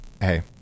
Hey